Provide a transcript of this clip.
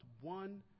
one